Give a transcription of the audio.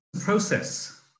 process